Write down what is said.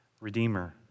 Redeemer